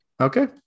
okay